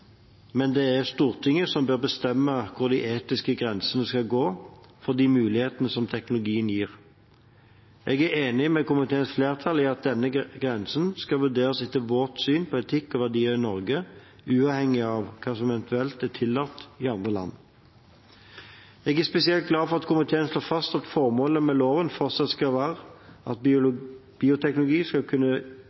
men det er Stortinget som bør bestemme hvor de etiske grensene skal gå for de mulighetene som teknologien gir. Jeg er enig med komiteens flertall i at denne grensen skal vurderes etter vårt syn på etikk og verdier i Norge, uavhengig av hva som eventuelt er tillatt i andre land. Jeg er spesielt glad for at komiteen står fast på at formålet med loven fortsatt skal være at bioteknologi skal kunne